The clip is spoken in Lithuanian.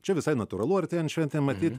čia visai natūralu artėjant šventėm matyt